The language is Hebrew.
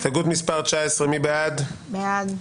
הצבעה בעד,